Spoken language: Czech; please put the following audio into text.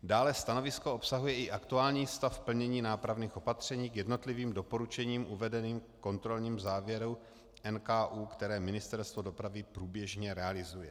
Dále stanovisko obsahuje i aktuální stav plnění nápravných opatření k jednotlivým doporučením uvedeným v kontrolním závěru NKÚ, které Ministerstvo dopravy průběžně realizuje.